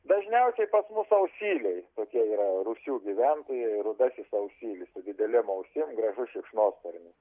dažniausiai pas mus ausyliai tokie yra rūsių gyventojai rudasis ausylis su didelėm ausim gražus šikšnosparnis